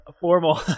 formal